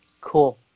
cool